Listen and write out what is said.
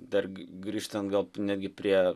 dar grįžtant gal netgi prie